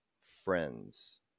friends